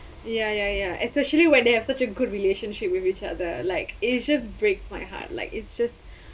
ya ya ya especially when they have such a good relationship with each other like it it just breaks my heart like it's just